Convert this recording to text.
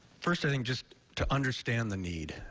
first thing, just to understand the need.